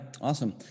Awesome